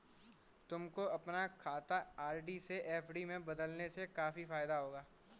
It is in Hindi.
तुमको अपना खाता आर.डी से एफ.डी में बदलने से काफी फायदा होगा